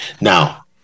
Now